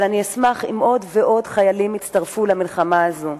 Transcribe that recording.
אבל אני אשמח אם עוד ועוד חיילים יצטרפו למלחמה הזו.